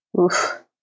Oof